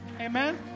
Amen